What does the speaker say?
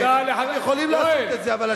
תודה לחבר הכנסת חסון.